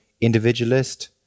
individualist